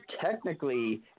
technically